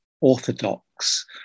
orthodox